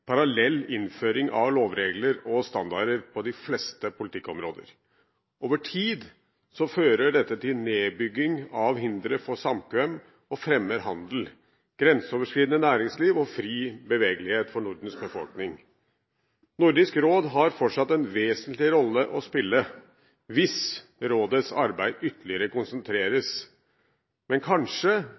parallell innføring av lovregler og standarder på de fleste politikkområder. Over tid fører dette til nedbygging av hindre for samkvem og fremmer handel, grenseoverskridende næringsliv og fri bevegelighet for Nordens befolkning. Nordisk råd har fortsatt en vesentlig rolle å spille hvis rådets arbeid ytterligere konsentreres. Men kanskje